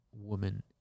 woman